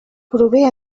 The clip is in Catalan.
prové